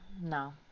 No